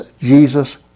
Jesus